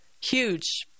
huge